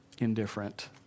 indifferent